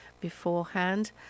beforehand